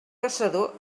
caçador